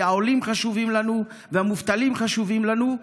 כי העולים חשובים לנו והמובטלים חשובים לנו,